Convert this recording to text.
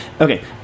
Okay